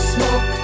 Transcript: Smoke